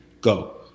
go